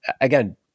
again